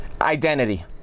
Identity